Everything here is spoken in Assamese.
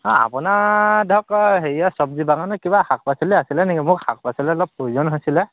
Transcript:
অঁ আপোনাৰ ধৰক হেৰিয়াৰ চবজি বাগানত কিবা শাক পাচলি আছিলে নেকি মোক শাক পাচলি অলপ প্ৰয়োজন হৈছিলে